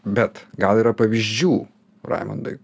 bet gal yra pavyzdžių raimondai